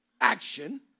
action